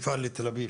את צודקת,